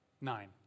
Nine